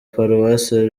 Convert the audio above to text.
paruwasi